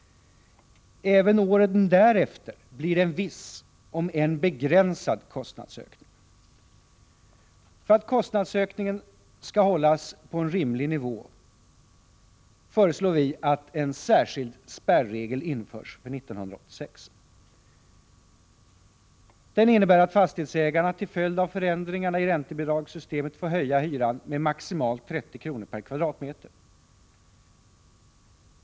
Även åren därefter blir det en viss, om än begränsad, kostnadsökning. För att kostnadsökningen skall hållas på en rimlig nivå föreslår vi att en särskild spärregel införs för 1986. Den innebär att fastighetsägarna, till följd av förändringarna i räntebidragssystemet, får höja hyran med maximalt 30 kr. per kvadratmeter.